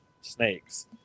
snakes